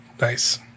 Nice